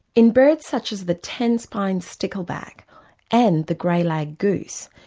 in birds such as the ten spine stickleback and the greylag goose,